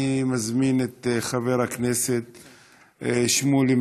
אני מזמין את חבר הכנסת שמולי,